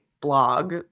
blog